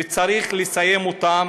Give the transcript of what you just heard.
וצריך לסיים אותם.